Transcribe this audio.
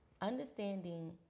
understanding